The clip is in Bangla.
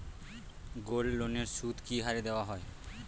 গোল্ডলোনের সুদ কি হারে দেওয়া হয়?